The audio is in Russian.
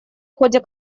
ходе